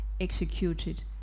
executed